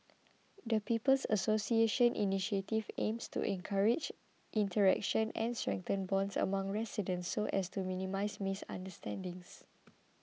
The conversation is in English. the People's Association initiative aims to encourage interaction and strengthen bonds among residents so as to minimise misunderstandings